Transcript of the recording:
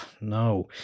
no